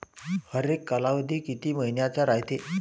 हरेक कालावधी किती मइन्याचा रायते?